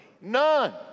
None